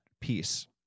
piece